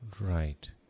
Right